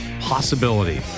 possibility